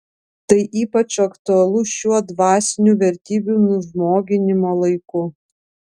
tai ypač aktualu šiuo dvasinių vertybių nužmoginimo laiku